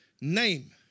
Name